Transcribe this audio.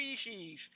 species